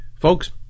Folks